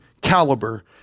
caliber